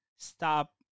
Stop